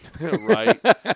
Right